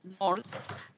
North